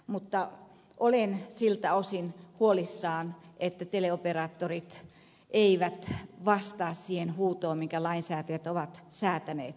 mutta olen siltä osin huolissani että teleoperaattorit eivät vastaa siihen huutoon mitä lainsäätäjät ovat säätäneet